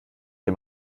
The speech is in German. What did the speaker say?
dem